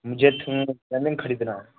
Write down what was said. مجھے پلنگ خریدنا